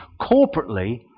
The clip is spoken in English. Corporately